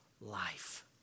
life